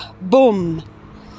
boom